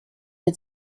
had